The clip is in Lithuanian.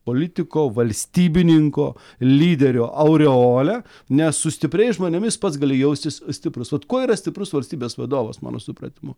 politiko valstybininko lyderio aureolę nes su stipriais žmonėmis pats gali jaustis stiprus vat kuo yra stiprus valstybės vadovas mano supratimu